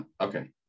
okay